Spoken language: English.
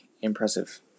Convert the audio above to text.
impressive